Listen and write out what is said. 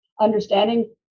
understanding